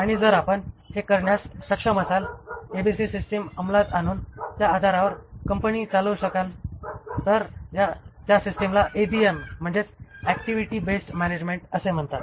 आणि जर आपण हे करण्यास सक्षम असाल ABC सिस्टम अंमलात आणून त्या आधारावर कंपनी चालवू शकाल तर त्या सिस्टमला ABM म्हणजेच ऍक्टिव्हिटी बेस्ड मॅनेजमेंट असे म्हणतात